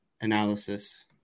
analysis